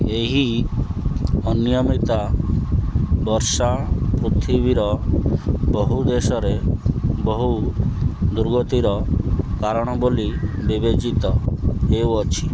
ଏହି ଅନିୟମିତ ବର୍ଷା ପୃଥିବୀର ବହୁଦେଶରେ ବହୁ ଦୁର୍ଗତିର କାରଣ ବୋଲି ବିବେଚିତ ହେଉଅଛି